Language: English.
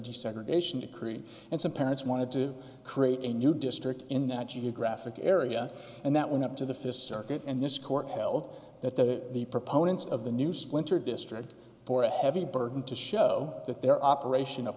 desegregation decree and some parents wanted to create a new district in that geographic area and that went up to the fist circuit and this court held that that the proponents of the new splinter district for a heavy burden to show that their operation of